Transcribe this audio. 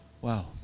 Wow